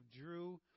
drew